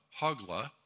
Hogla